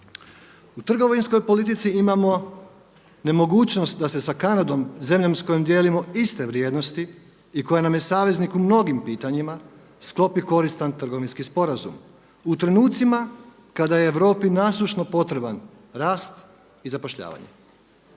U trgovinskoj politici imamo nemogućnost da se sa Kanadom zemljom s kojom dijelimo iste vrijednosti i koja nam je saveznik u mnogim pitanjima sklopi koristan trgovinski sporazum u trenucima kada je Europi nasušno potreban rasta i zapošljavanje.